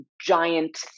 giant